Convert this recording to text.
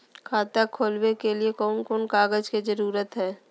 खाता खोलवे के लिए कौन कौन कागज के जरूरत है?